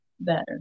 better